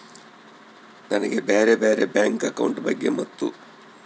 ನನಗೆ ಬ್ಯಾರೆ ಬ್ಯಾರೆ ಬ್ಯಾಂಕ್ ಅಕೌಂಟ್ ಬಗ್ಗೆ ಮತ್ತು?